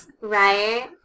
right